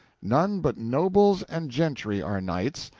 none but nobles and gentry are knights,